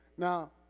Now